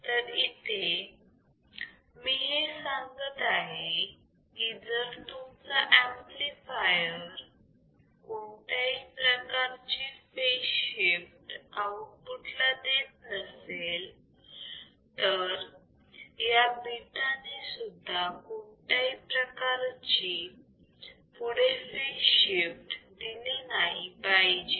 तर इथे मी हे सांगत आहे की जर तुमचा ऍम्प्लिफायर कोणत्याही प्रकारची फेज शिफ्ट आउटपुट ला देत नसेल तर या बीटा ने सुद्धा कोणत्याही प्रकारची पुढे फेज शिफ्ट दिली नाही पाहिजे